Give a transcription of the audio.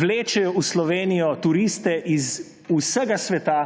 vlečejo v Slovenijo turiste z vsega sveta,